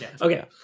Okay